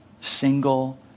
single